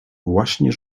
właśnie